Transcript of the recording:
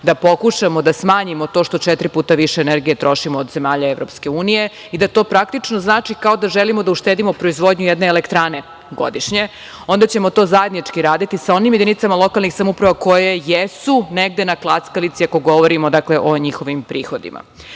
da pokušamo da smanjimo to što četiri puta više energije trošimo od zemalja EU i da to praktično znači kao da želimo da uštedimo proizvodnju jedne elektrane godišnje, onda ćemo to zajednički raditi sa onim jedinicama lokalne samouprave koje jesu negde na klackalici, ako govorimo dakle, o njihovim prihodima. Druga